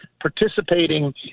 participating